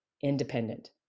independent